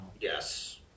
Yes